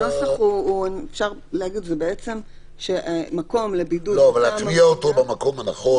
הנוסח הוא שמקום לבידוד --- אבל להטמיע אותו במקום הנכון,